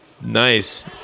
Nice